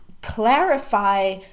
clarify